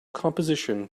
composition